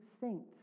saints